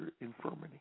infirmity